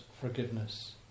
forgiveness